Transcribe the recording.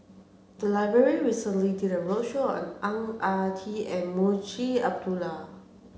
the library recently did a roadshow on Ang Ah Tee and Munshi Abdullah